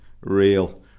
real